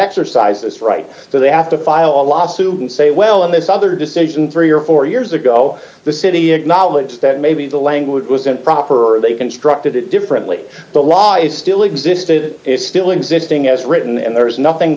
exercise this right so they have to file a lawsuit and say well in this other decision three or four years ago the city acknowledged that maybe the language was improper or they constructed it differently the law is still existed it's still existing as written and there is nothing